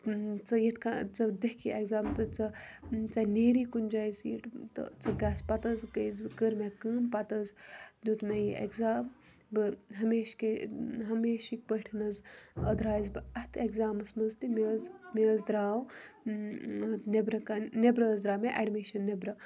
ژٕ یِتھ کنۍ ژٕ دِکھ یہِ ایٚگزام ژےٚ نیری کُنہِ جایہِ سیٖٹ تہٕ ژٕ گَژھ پَتہٕ حظ گٔیَس بہٕ کٔر مےٚ کٲم پَتہٕ حظ دیُت مےٚ یہِ ایٚگزام ہمیشہ ہمیشٕکۍ پٲٹھۍ حظ درٛایَس بہٕ اَتھ ایٚگزامَس مَنٛز تہِ مےٚ حظ مےٚ حظ درٛاو نیٚبرٕکَن نیٚبرٕ حظ درٛاو مےٚ ایٚڈمِشَن نیٚبرٕ